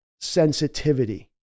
sensitivity